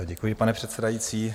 Děkuji, pane předsedající.